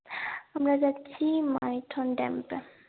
আমরা যাচ্ছি মাইথন ড্যামটা